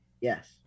Yes